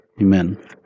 Amen